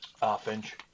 Half-inch